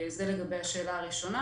זה לגבי השאלה הראשונה.